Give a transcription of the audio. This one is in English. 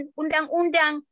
undang-undang